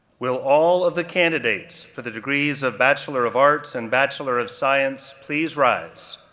will all of the candidates for the degrees of bachelor of arts and bachelor of science please rise?